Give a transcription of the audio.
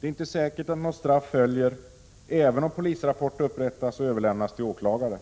Det är inte säkert att något straff följer även om polisrapport upprättas och överlämnas till åklagare.